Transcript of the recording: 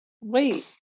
Wait